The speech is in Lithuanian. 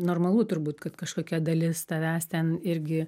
normalu turbūt kad kažkokia dalis tavęs ten irgi